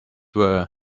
were